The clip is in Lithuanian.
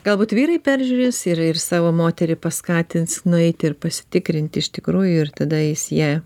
galbūt vyrai peržiūrės ir ir savo moterį paskatins nueiti ir pasitikrinti iš tikrųjų ir tada jis ją